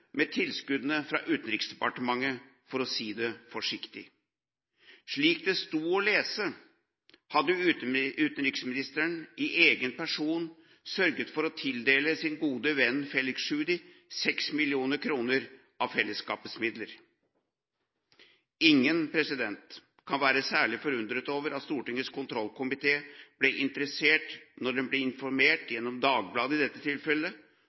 med tilskuddene fra Utenriksdepartementet – for å si det forsiktig. Slik det sto å lese, hadde utenriksministeren i egen person sørget for å tildele sin gode venn Felix Tschudi 6 mill. kr av fellesskapets midler. Ingen kan være særlig forundret over at Stortingets kontrollkomité ble interessert da den ble informert, gjennom Dagbladet i dette tilfellet,